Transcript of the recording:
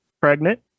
pregnant